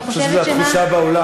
אני חושב שזו התחושה באולם,